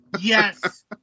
Yes